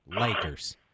Lakers